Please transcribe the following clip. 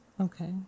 Okay